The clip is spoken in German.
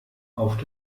auf